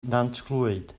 nantclwyd